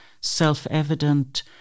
self-evident